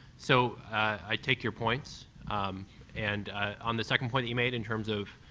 so i take your points and on the second point you made in terms of,